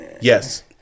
Yes